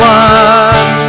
one